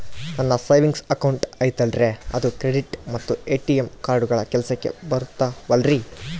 ನನ್ನ savings account ಐತಲ್ರೇ ಅದು ಕ್ರೆಡಿಟ್ ಮತ್ತ ಎ.ಟಿ.ಎಂ ಕಾರ್ಡುಗಳು ಕೆಲಸಕ್ಕೆ ಬರುತ್ತಾವಲ್ರಿ?